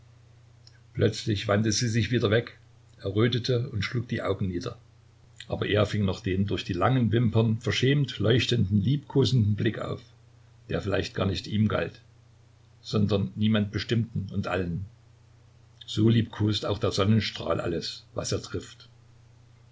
plötzlich wandte sie sich wieder weg errötete und schlug die augen nieder aber er fing noch den durch die langen wimpern verschämt leuchtenden liebkosenden blick auf der vielleicht gar nicht ihm galt sondern niemand bestimmtem und allen so liebkost auch der sonnenstrahl alles was er trifft